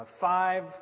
five